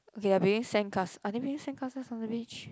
okay they are building sandcas~ are they building sandcastles on the beach